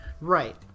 Right